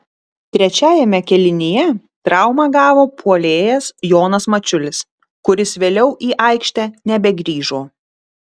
trečiajame kėlinyje traumą gavo puolėjas jonas mačiulis kuris vėliau į aikštę nebegrįžo